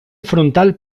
frontal